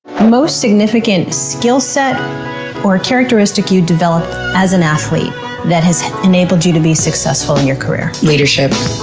most significant skill set or characteristic you developed as an athlete that has enabled you to be successful in your career? leadership,